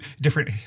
different